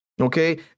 okay